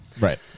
Right